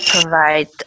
provide